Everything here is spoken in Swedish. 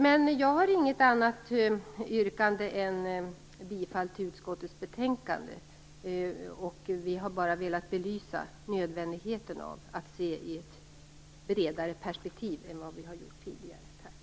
nationalekonomiskt. Jag har inget annat yrkande än bifall till utskottets hemställan i betänkandet. Centerpartiet har vara velat belysa nödvändigheten av att se saker i ett bredare perspektiv än vad man gjort tidigare.